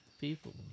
People